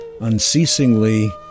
Unceasingly